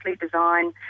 design